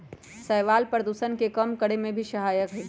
शैवाल प्रदूषण के कम करे में भी सहायक हई